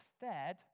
fed